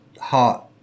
heart